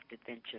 adventure